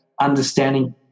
understanding